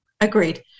Agreed